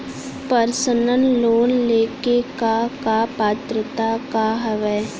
Personal loan ले के का का पात्रता का हवय?